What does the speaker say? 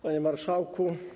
Panie Marszałku!